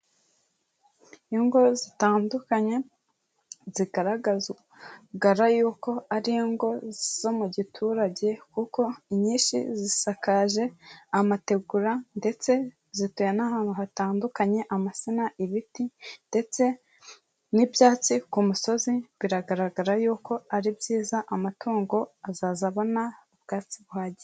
Ingo zitandukanye zigaragara yuko ari ingo zo mu giturage, kuko inyinshi zisakaje amategura ndetse zituye n'ahantu hatandukanye, amatsina, ibiti ndetse n'ibyatsi ku musozi, biragaragara yuko ari byiza amatungo azajya abona ubwatsi buhagije.